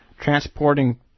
transporting